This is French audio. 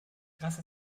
grâce